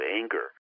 anger